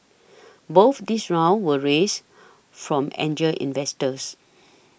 both these rounds were raised from angel investors